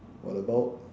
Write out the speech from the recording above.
what about